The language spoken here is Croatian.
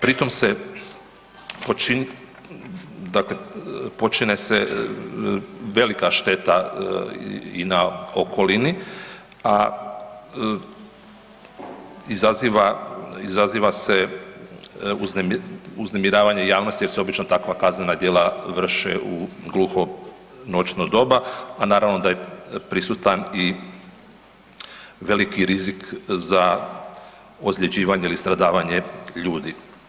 Pritom se počine se velika šteta i na okolini a izaziva se uznemiravanje javnost jer se obično takva kaznena djela vrše u gluho noćno doba a naravno je prisutan i veliki rizik za ozljeđivanje ili stradavanje ljudi.